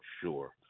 sure